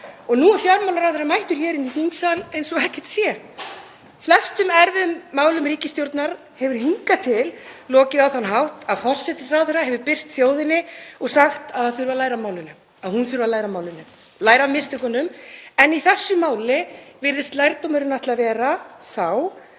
Og nú er fjármálaráðherra mættur hér í þingsal eins og ekkert sé. Flestum erfiðum málum ríkisstjórnar hefur hingað til lokið á þann hátt að forsætisráðherra hefur birst þjóðinni og sagt að það þurfi að læra af málinu, að hún þurfi af læra málinu, læra af mistökunum. En í þessu máli virðist lærdómurinn ætla að vera sá